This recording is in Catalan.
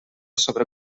sobre